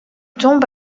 tombe